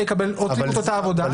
עובדים את אותה עבודה,